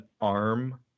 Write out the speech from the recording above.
arm